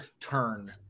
turn